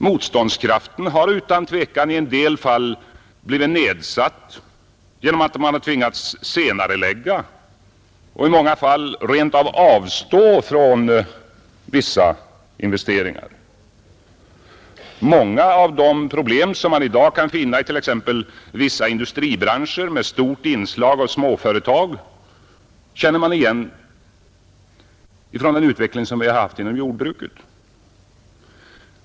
Motståndskraften har utan tvivel i en del fall blivit nedsatt genom att företagen tvingats senarelägga och i många fall rent av avstå från vissa investeringar. Många av de problem som man i dag kan finna i t.ex. vissa industribranscher med stort inslag av småföretag känner man igen från den utveckling vi har haft inom jordbruket.